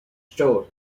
store